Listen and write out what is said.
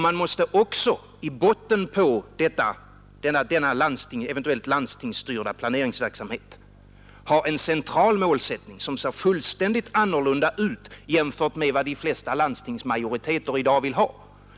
Man måste också i botten på denna eventuellt landstingsstyrda planeringsverksamhet ha en central målsättning, som helt skiljer sig från vad de flesta landstingsmajoriteter i dag vill ha.